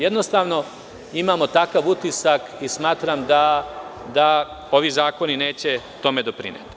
Jednostavno, imamo takav utisak i smatram da ovi zakoni neće tome doprineti.